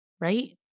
right